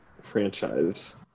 franchise